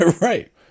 Right